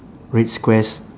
red squares